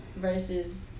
versus